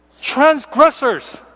Transgressors